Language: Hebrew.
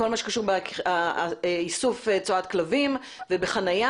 בכל מה שקשור באיסוף צואת כלבים ובחניה,